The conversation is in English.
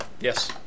Yes